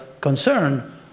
concern